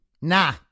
Nah